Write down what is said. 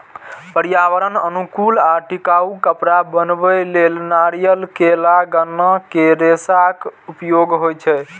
पर्यावरण अनुकूल आ टिकाउ कपड़ा बनबै लेल नारियल, केला, गन्ना के रेशाक उपयोग होइ छै